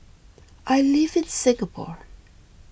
I live in Singapore